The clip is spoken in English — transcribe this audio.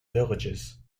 villages